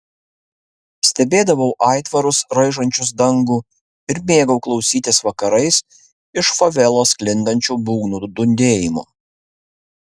stebėdavau aitvarus raižančius dangų ir mėgau klausytis vakarais iš favelos sklindančių būgnų dundėjimo